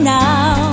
now